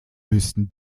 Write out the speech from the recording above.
lösten